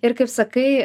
ir kaip sakai